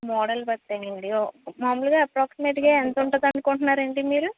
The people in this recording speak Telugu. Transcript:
మోడల్ బట్టే అండి మామూలుగా అప్రాక్సిమేట్ గా ఎంత ఉంటుంది అనుకున్నారండి మీరు